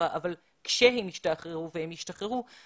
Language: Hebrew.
כי בזכותך אדוני היושב-ראש,